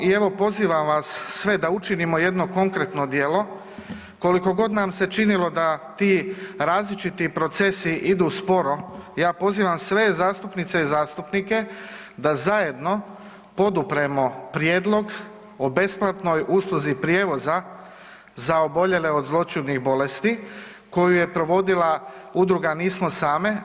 I evo pozivam vas sve da učinimo jedno konkretno djelo, koliko god nam se činilo da ti različiti procesi idu sporo, ja pozivam sve zastupnice i zastupnike da zajedno podupremo prijedlog o besplatnoj usluzi prijevoza za oboljele od zloćudnih bolesti koju je provodila udruga „Nismo same“